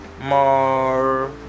more